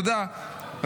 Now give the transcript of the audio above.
אתה יודע,